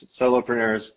solopreneurs